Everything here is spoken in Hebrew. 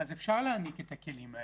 אפשר להעמיק את הכלים האלה.